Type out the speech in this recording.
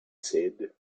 said